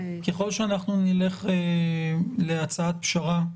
ככל שאנחנו נלך להצעת פשרה,